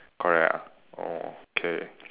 correct ah oh K